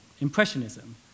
Impressionism